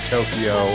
Tokyo